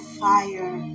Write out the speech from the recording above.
fire